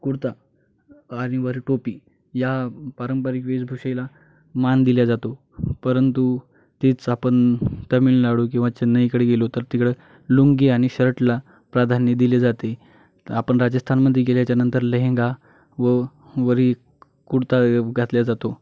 कुडता आणि वर टोपी या पारंपरिक वेशभूषेला मान दिल्या जातो परंतु तेच आपण तामिळनाडू किंवा चेन्नईकडे गेलो तर तिकडं लुंगी आणि शर्टला प्राधान्य दिले जाते आपण राजस्थानमध्ये गेल्याच्या नंतर लेहेंगा व वरी कुडता घातल्या जातो